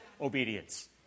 obedience